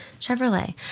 Chevrolet